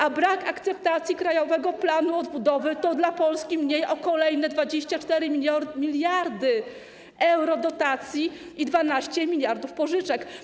A brak akceptacji Krajowego Planu Odbudowy to dla Polski mniej o kolejne 24 mld euro dotacji i 12 mld pożyczek.